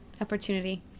opportunity